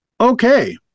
Okay